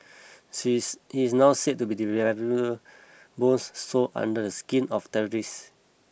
she is he is now said to be developing bombs sewn under the skin of terrorists